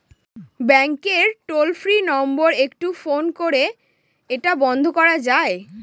ব্যাংকের toll free number একটু phone করে এটা বন্ধ করা যায়?